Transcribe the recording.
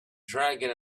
dragon